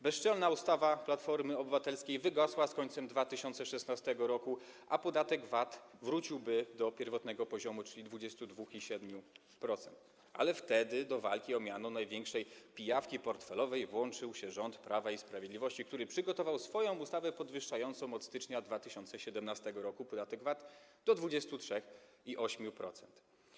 Bezczelna ustawa Platformy Obywatelskiej wygasła z końcem 2016 r. i podatek VAT wróciłby do pierwotnego poziomu, czyli 22% i 7%, ale wtedy do walki o miano największej pijawki portfelowej włączył się rząd Prawa i Sprawiedliwości, który przygotował swoją ustawę podwyższającą od stycznia 2017 r. podatek VAT do 23% i 8%.